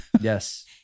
Yes